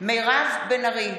מתחייב אני מירב בן ארי,